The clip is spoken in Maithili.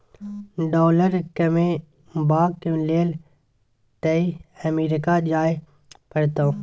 डॉलर कमेबाक लेल तए अमरीका जाय परतौ